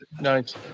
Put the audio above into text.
Nice